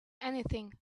anything